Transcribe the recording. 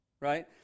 Right